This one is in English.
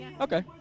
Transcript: Okay